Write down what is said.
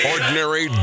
Ordinary